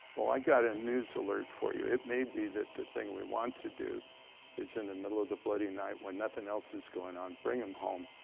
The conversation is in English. well, i've got a news alert for you. it may be that the thing we want to do is in the middle of the bloody night when nothing else is going on, bring them home.